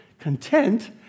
content